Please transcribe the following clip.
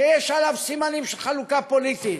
שיש עליו סימנים של חלוקה פוליטית.